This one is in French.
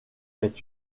est